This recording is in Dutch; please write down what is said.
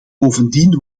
bovendien